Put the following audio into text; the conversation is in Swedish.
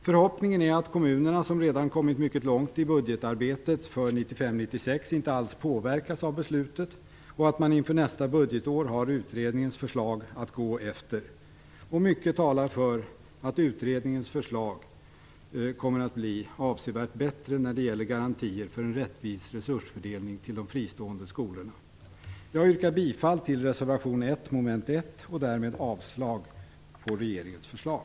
Förhoppningen är att kommunerna som redan kommit mycket långt i budgetarbetet för 1995/96 inte alls påverkas av beslutet, och att man inför nästa budgetår har utredningens förslag att gå efter. Mycket talar för att utredningens förslag kommer att bli mycket bättre när det gäller garantier för en rättvis resursfördelning till de fristående skolorna. Jag yrkar bifall till reservation 1 mom. 1 och därmed avslag på regeringens förslag.